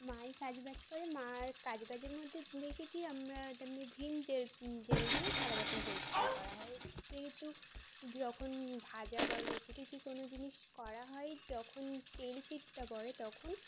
মা ই কাজ বাজ করে মা কাজ বাজের মধ্যে দেখেছি আমরা তেমনি ভিম জেল জেল দিয়ে থালা বাসন পরিষ্কার করা হয় যেহেতু যখন ভাজা বা লুচি টুচি কোনো জিনিস করা হয় যখন তেল চিটটা পড়ে তখন